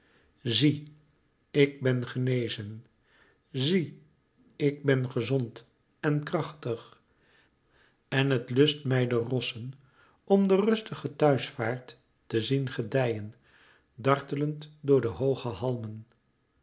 zie ik ben genezen zie ik ben gezond en krachtig en het lust mij de rossen om de rustige thuisvaart te zien gedijen dartelend door de hooge halmen